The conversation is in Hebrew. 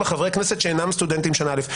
חברי כנסת שאינם סטודנטים שנה א'.